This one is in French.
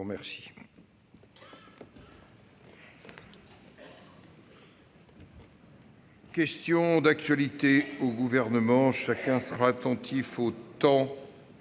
Merci,